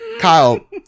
Kyle